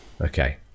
Okay